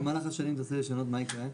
אם במהלך השנים תרצי לשנות מה יקרה?